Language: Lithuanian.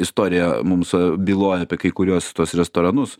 istorija mums byloja apie kai kuriuos tuos restoranus